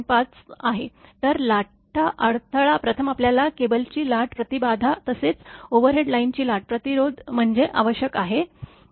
तर लाटा अडथळा प्रथम आपल्याला केबलची लाट प्रतिबाधा तसेच ओव्हरहेड लाइनची लाट प्रतिरोध मोजणे आवश्यक आहे